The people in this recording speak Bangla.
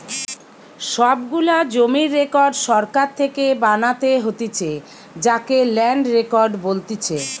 সব গুলা জমির রেকর্ড সরকার থেকে বানাতে হতিছে যাকে ল্যান্ড রেকর্ড বলতিছে